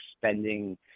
spending